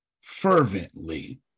fervently